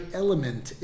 element